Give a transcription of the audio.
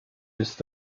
ist